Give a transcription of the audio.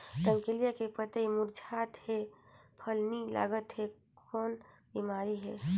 रमकलिया के पतई मुरझात हे फल नी लागत हे कौन बिमारी हे?